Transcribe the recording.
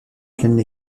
pleine